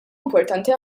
importanti